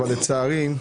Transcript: אבל לצערי,